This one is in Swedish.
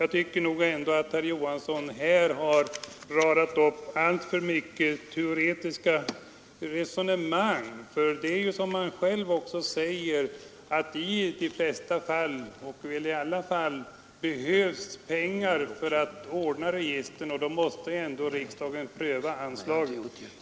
Jag tycker nog ändå att herr Johansson i Trollhättan har tagit upp alltför teoretiska resonemang. Som han själv säger behövs i samtliga fall pengar för att ordna register, och då måste riksdagen pröva anslagsfrågan.